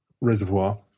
Reservoir